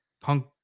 Punk